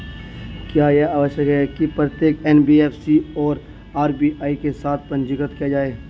क्या यह आवश्यक है कि प्रत्येक एन.बी.एफ.सी को आर.बी.आई के साथ पंजीकृत किया जाए?